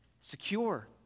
secure